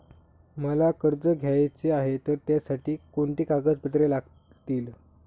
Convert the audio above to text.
मला कर्ज घ्यायचे आहे तर त्यासाठी कोणती कागदपत्रे लागतील?